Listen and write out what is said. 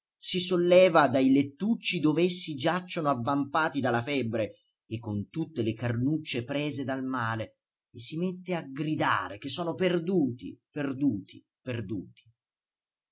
si solleva dai lettucci dov'essi giacciono avvampati dalla febbre e con tutte le carnucce prese dal male e si mette a gridare che sono perduti perduti perduti